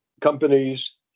companies